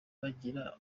bagira